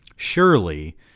Surely